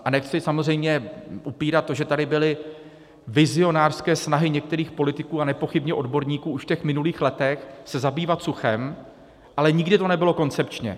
A nechci samozřejmě upírat to, že tady byly vizionářské snahy některých politiků a nepochybně odborníků už v těch minulých letech se zabývat suchem, ale nikdy to nebylo koncepčně.